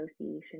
association